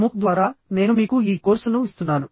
MOOC ద్వారా నేను మీకు ఈ కోర్సును ఇస్తున్నాను